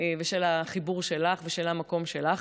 ושל החיבור שלך ושל המקום שלך